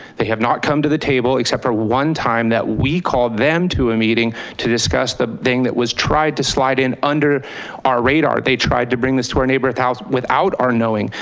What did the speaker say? they have not come to the table except for one time that we called them to a meeting to discuss the thing that was tried to slide in under our radar. they tried to bring this to our neighbor's house without our knowing,